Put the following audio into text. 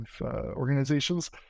organizations